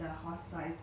err actually